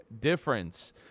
difference